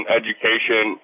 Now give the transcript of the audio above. education